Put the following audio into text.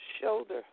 shoulder